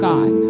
God